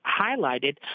highlighted